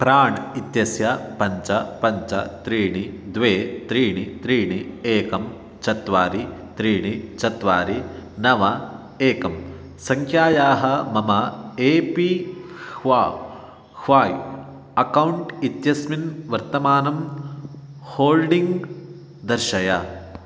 प्राण् इत्यस्य पञ्च पञ्च त्रीणि द्वे त्रीणि त्रीणि एकं चत्वारि त्रीणि चत्वारि नव एकं सङ्ख्यायाः मम ए पी ह्वा ह्वाय् अकौण्ट् इत्यस्मिन् वर्तमानं होल्डिङ्ग् दर्शय